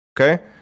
Okay